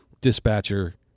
dispatcher